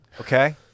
Okay